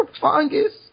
fungus